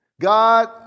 God